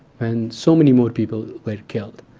and so many more people were killed.